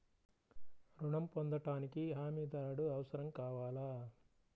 ఋణం పొందటానికి హమీదారుడు అవసరం కావాలా?